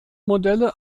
modelle